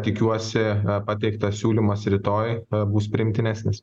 tikiuosi pateiktas siūlymas rytoj bus priimtinesnis